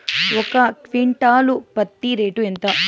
ఒక క్వింటాలు పత్తి రేటు ఎంత?